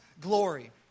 glory